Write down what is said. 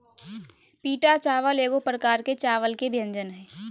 पीटा चावल एगो प्रकार के चावल के व्यंजन हइ